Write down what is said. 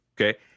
Okay